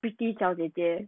pretty 小姐姐